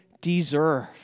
deserve